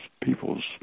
people's